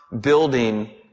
building